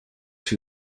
two